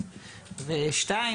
שנית,